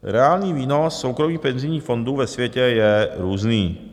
Reálný výnos soukromých penzijních fondů ve světě je různý.